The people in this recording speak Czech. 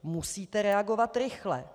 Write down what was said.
Musíte reagovat rychle.